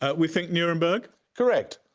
and we think nuremberg. correct.